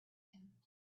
him